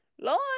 Lord